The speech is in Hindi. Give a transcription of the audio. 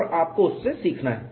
और आपको उससे सीखना है